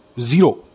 Zero